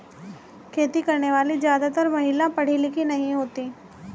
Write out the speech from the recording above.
खेती करने वाली ज्यादातर महिला पढ़ी लिखी नहीं होती